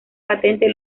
patente